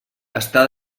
està